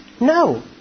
No